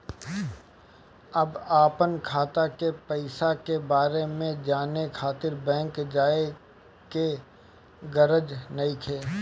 अब अपना खाता के पईसा के बारे में जाने खातिर बैंक जाए के गरज नइखे